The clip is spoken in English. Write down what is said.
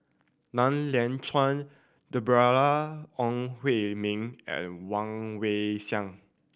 Liang Chiang Deborah Ong Hui Min and Woon Wei Siang